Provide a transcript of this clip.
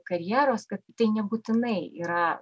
karjeros kad tai nebūtinai yra